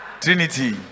Trinity